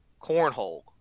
Cornhole